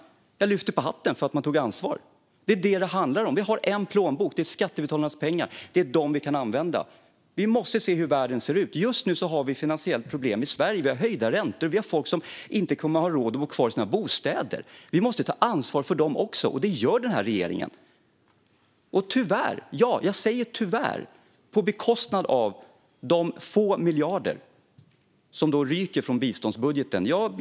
Jag lyfter på hatten för att de tog ansvar. Det är det som det handlar om. Vi har en plånbok, och det är skattebetalarnas pengar, som vi kan använda. Vi måste se hur världen ser ut. Just nu har vi finansiella problem i Sverige. Räntorna har höjts, och det finns människor som inte kommer att ha råd att bo kvar i sina bostäder. Vi måste ta ansvar för dem också, och det gör den här regeringen. Tyvärr sker det på bekostnad av de få miljarder som då ryker från biståndsbudgeten.